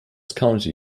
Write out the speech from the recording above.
county